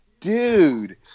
dude